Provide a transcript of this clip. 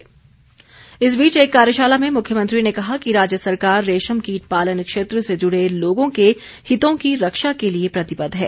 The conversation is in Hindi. रेशम कीट इस बीच एक कार्यशाला में मुख्यमंत्री ने कहा कि राज्य सरकार रेशम कीट पालन क्षेत्र से जुड़े लोगों के हितों की रक्षा के लिए प्रतिबद्ध है